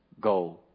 go